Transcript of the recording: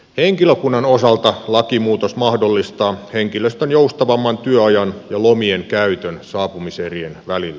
henkilökunnan osalta lakimuutos mahdollistaa henkilöstön joustavamman työajan ja lomien käytön saapumiserien välillä